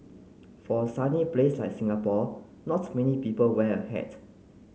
for a sunny place like Singapore not many people wear a hat